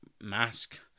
mask